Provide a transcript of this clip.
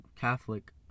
catholic